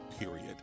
period